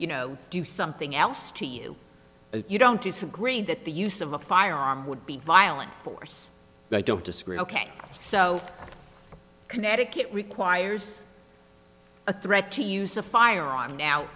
you know do something else to you and you don't disagree that the use of a firearm would be violent force i don't disagree ok so connecticut requires a threat to use a firearm now